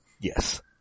Yes